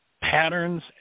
patterns